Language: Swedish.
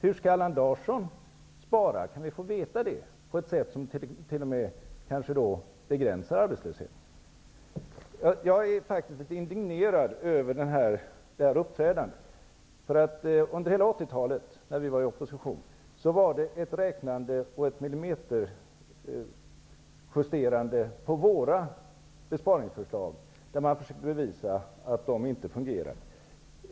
Hur skall Allan Larsson spara på ett sätt som kanske t.o.m. begränsar arbetslösheten? Kan vi få veta det? Jag är faktiskt litet indignerad över detta uppträdande. Under hela 80-talet, när vi var i opposition, var det ett räknande och ett millimeterjusterande av våra besparingsförslag då man försökte bevisa att de inte fungerade.